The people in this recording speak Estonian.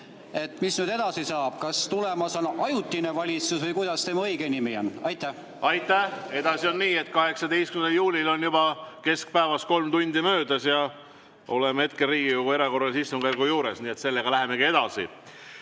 Mis nüüd edasi saab? Kas tulemas on ajutine valitsus või kuidas tema õige nimi on? Aitäh! Edasi on nii, et 18. juulil on juba keskpäevast kolm tundi möödas ja oleme hetkel Riigikogu erakorralise istungjärgu juures, nii et sellega lähemegi edasi. Meie